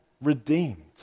redeemed